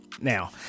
now